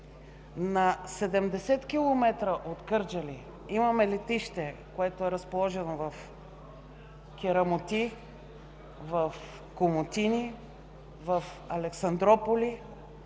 на 70 км от Кърджали, има летище, разположено в Керамоти, в Комотини, в Александруполис.